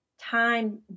time